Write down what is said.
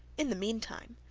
in the mean time,